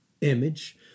image